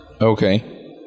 Okay